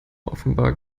offenbar